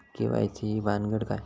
KYC ही भानगड काय?